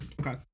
Okay